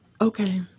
Okay